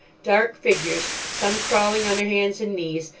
dark figures, some crawling on their hands and knees,